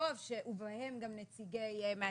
ובהם גם נציגי מעסיקים.